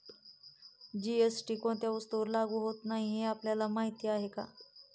GST कोणत्या वस्तूंवर लागू होत नाही हे आपल्याला माहीत आहे का?